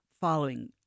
following